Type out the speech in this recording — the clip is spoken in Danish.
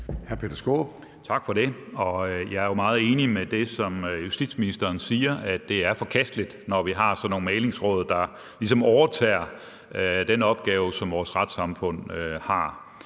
(DD): Jeg er jo meget enig i det, justitsministeren siger, altså at det er forkasteligt, når vi har sådan nogle mæglingsråd, der ligesom overtager den opgave, som vores retssamfund har.